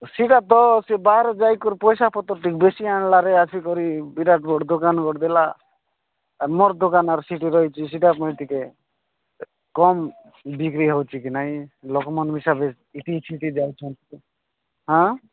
ସେଟା ତ ବାହାର ଯାଇକରି ପଇସାପତ୍ର ବେଶୀ ଆଣିଲାରେ ଆସିକରି ବିରାଟ ବଡ଼ ଦୋକାନ କରିଦେଲା ମୋର ଦୋକାନ ସେଠି ରହିଛି ମୁଁ ସେଠି ଟିକେ କମ୍ ବିକ୍ରି ହେଉଛି କି ନାହିଁ ଲୋକମାନେ ବେଶୀ ଇଠି ସେଠି ଯାଉଛନ୍ତି ହଁ